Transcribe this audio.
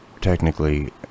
technically